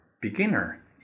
beginner